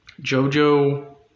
Jojo